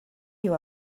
you